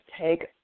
take